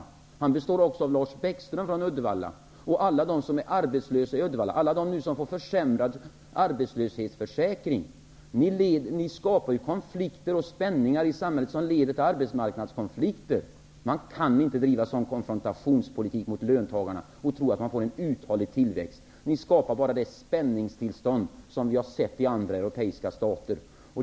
Sverige består också av Lars Bäckström och alla de som är arbetslösa i Uddevalla, alla de som nu får försämrad arbetslöshetsförsäkring. Ni skapar spänningar i samhället som leder till arbetsmarknadskonflikter. Man kan inte driva en sådan konfrontationspolitik mot löntagarna och tro att man får en uthållig tillväxt. Ni skapar bara det spänningstillstånd som vi har sett i andra europeiska stater.